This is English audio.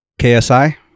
KSI